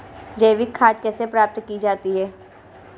जैविक खाद कैसे प्राप्त की जाती है?